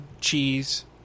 cheese